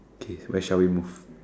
okay where shall we move